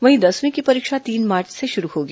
वहीं दसवीं की परीक्षा तीन मार्च से शुरू होगी